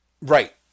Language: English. Right